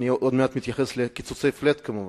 אני עוד מעט אתייחס לקיצוצים flat, כמובן,